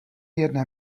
jedné